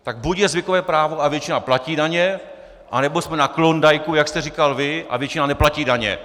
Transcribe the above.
Tak buď je zvykové právo a většina platí daně, anebo jsme na klondajku, jak jste říkal vy, a většina neplatí daně.